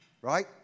right